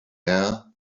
air